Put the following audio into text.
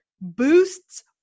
boosts